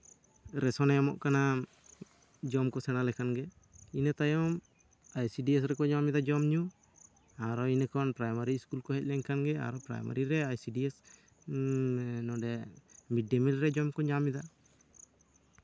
ᱨᱮᱥᱚᱱᱮ ᱮᱢᱚᱜ ᱠᱟᱱᱟ ᱡᱚᱢ ᱠᱚ ᱥᱮᱬᱟ ᱞᱮᱠᱷᱟᱱ ᱜᱮ ᱤᱱᱟᱹ ᱛᱟᱭᱚᱢ ᱟᱭᱥᱤ ᱰᱤᱭᱮᱥ ᱨᱮᱠᱚ ᱧᱟᱢᱮᱫᱟ ᱡᱚᱢᱼᱧᱩ ᱟᱨᱚ ᱤᱱᱟᱹᱠᱷᱚᱱ ᱯᱨᱟᱭᱢᱟᱨᱤ ᱥᱠᱩᱞ ᱨᱮᱠᱚ ᱦᱮᱡ ᱞᱮᱱ ᱠᱷᱟᱱ ᱜᱮ ᱯᱨᱟᱭᱢᱟᱨᱤ ᱟᱭ ᱥᱤ ᱰᱤᱭᱮᱥ ᱨᱮ ᱩᱸ ᱱᱚᱰᱮ ᱢᱤᱰ ᱰᱮ ᱢᱤᱞ ᱨᱮ ᱡᱚᱢ ᱠᱚ ᱧᱟᱢᱮᱫᱟ